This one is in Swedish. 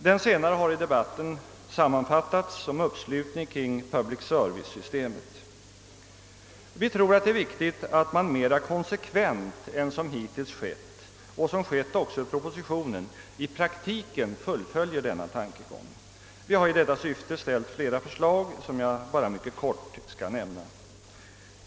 Den senare har i debatten sammanfattats som uppslutning kring »public service»-systemet. Vi tror att det är viktigt att man mera konsekvent än hittills — det har sagts också i propositionen — i praktiken fullföljer denna tankegång. Vi har i detta syfte ställt flera förslag, som jag endast mycket kort skall vidröra.